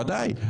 בוודאי.